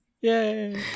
Yay